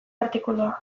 artikulua